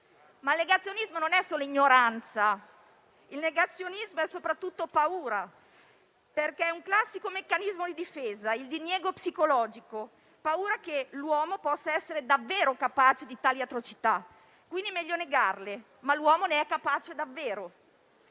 Il negazionismo, però, non è solo ignoranza, ma soprattutto paura, perché è un classico meccanismo di difesa: il diniego psicologico, la paura che l'uomo possa essere davvero capace di tali atrocità, che è meglio negare. L'uomo però ne è capace davvero.